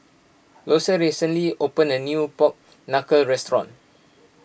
Loyce recently opened a new Pork Knuckle restaurant